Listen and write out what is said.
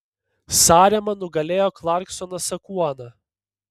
sarema nugalėjo klarksoną sakuoną